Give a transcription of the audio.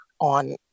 on